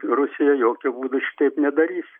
rusija jokiu būdu šitaip nedarys